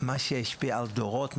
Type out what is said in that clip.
מה שישפיע על דורות,